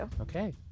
Okay